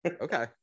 Okay